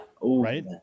Right